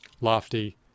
lofty